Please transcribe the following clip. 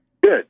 Good